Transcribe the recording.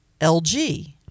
LG